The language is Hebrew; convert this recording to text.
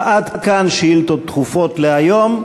עד כאן שאילתות דחופות להיום.